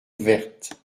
verte